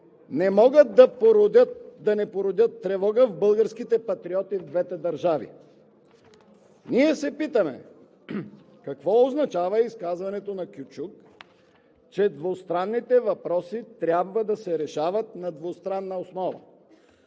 не могат да не породят тревога у българските патриоти в двете държави! Ние се питаме: какво означава изказването на Кючюк, че двустранните въпроси трябва да се решават на двустранна основа?